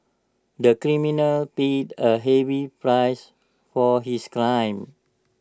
the criminal paid A heavy price for his crime